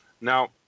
Now